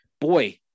boy